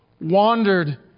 wandered